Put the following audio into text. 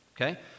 okay